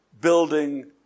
building